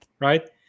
right